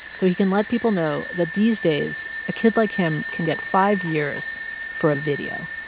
so he can let people know that these days, a kid like him can get five years for a video.